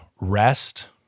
Rest